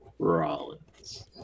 Rollins